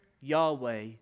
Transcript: Yahweh